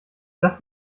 das